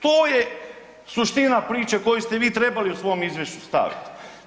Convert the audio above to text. To je suština priče koju ste vi trebali u svom izvješću staviti.